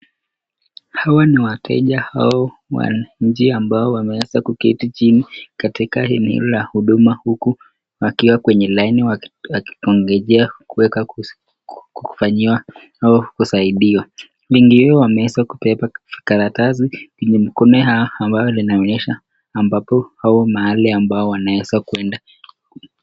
Hawa ni wateja au wananchi ambao wameweza kuketi chini katika eneo la huduma huku wakiwa kwenye laini wakiongojea kufanyiwa au kusaidiwa, wengi wao wameweza kubeba karatasi kwenye mikono yao ambayo inaonyesha ambapo au mahali ambayo wanaeza kuenda.